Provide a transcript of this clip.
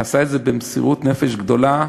ועשה את זה במסירות נפש גדולה,